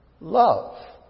love